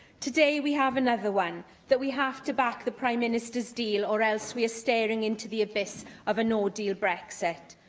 today, we have another one, that we have to back the prime minister's deal, or else we are staring into the abyss of a no deal brexit.